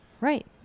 Right